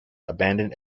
abandoned